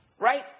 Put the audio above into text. Right